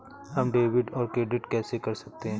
हम डेबिटऔर क्रेडिट कैसे कर सकते हैं?